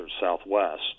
southwest